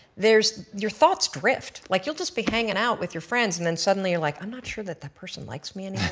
there is your thoughts drift, like you'll just be hanging out with your friends and then suddenly you are like, i'm not sure that that person likes me and